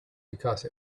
because